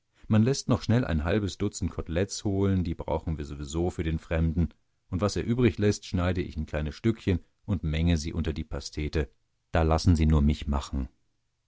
man läßt noch schnell ein halbes dutzend kotelettes holen die brauchen wir sowieso für den fremden und was er übrigläßt schneide ich in kleine stückchen und menge sie unter die pastete da lassen sie nur mich machen